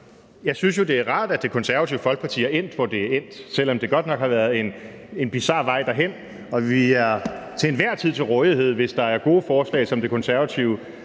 Jeg synes jo, det er rart, at Det Konservative Folkeparti er endt, hvor det er endt, selv om det godt nok har været en bizar vej derhen. Vi står til enhver tid til rådighed, hvis der er gode forslag, som Det Konservative